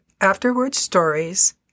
afterwardsstories